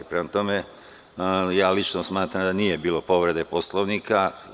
Prema tome, ja lično smatram da nije bilo povrede Poslovnika.